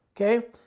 okay